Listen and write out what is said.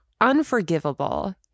unforgivable